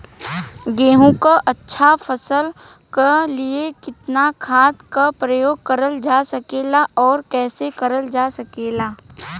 गेहूँक अच्छा फसल क लिए कितना खाद के प्रयोग करल जा सकेला और कैसे करल जा सकेला?